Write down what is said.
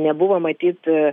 nebuvo matyt